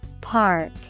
Park